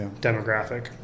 demographic